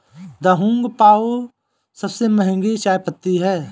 Da Hong Pao सबसे महंगी चाय पत्ती है